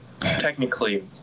technically